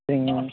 சரிங்க